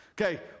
Okay